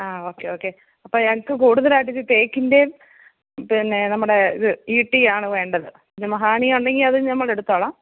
ആ okay okay അപ്പം ഞങ്ങൾക്ക് കൂടുതലായിട്ടിച്ചിരി തേക്കിന്റേം പിന്നെ നമ്മുടെ ഇത് ഈട്ടിയാണ് വേണ്ടത് പിന്നെ മഹാഗണിയുണ്ടെങ്കിൽ അതും നമ്മൾ എടുത്തോളാം